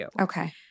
Okay